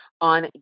on